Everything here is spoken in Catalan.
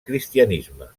cristianisme